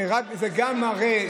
זה גם מראה,